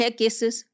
cases